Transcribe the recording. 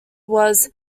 was